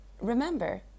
remember